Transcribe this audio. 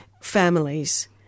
families